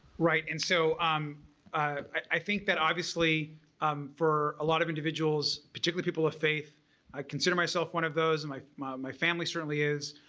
right and so um i think that obviously um for a lot of individuals particular people of faith i consider myself one of those and my my family certainly is.